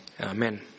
amen